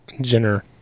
jenner